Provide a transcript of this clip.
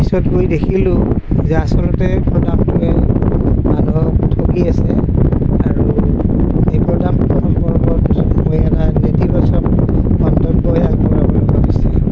পিছত গৈ দেখিলোঁ যে আচলতে প্ৰডাক্টটোৱে মানুহক ঠগি আছে আৰু এই প্ৰডাক্টটো মই নেতিবাচক মন্তব্যহে আগবঢ়াবলগা হৈছে